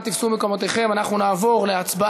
חברי, נא תפסו מקומותיכם, אנחנו נעבור להצבעה